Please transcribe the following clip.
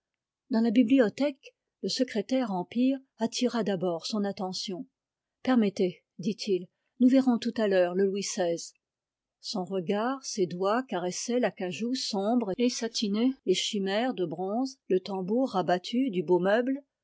dans la bibliothèque le bureau empire attira d'abord son attention permettez dit-il nous verrons tout à l'heure le louis xvi son regard ses doigts caressaient l'acajou sombre et satiné les chimères de bronze le tambour rabattu du beau meuble